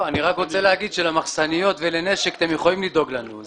אני רק רוצה להגיד שלמחסניות ולנשק אתם יכולים לדאוג לנו,